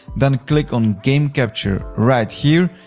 then click on game capture right here.